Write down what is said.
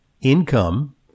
income